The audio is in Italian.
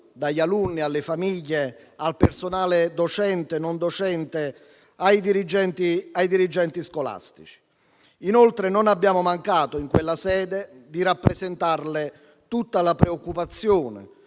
dagli alunni alle famiglie, al personale docente e non docente, ai dirigenti scolastici. Non abbiamo neanche mancato, in quella sede, di rappresentarle tutta la preoccupazione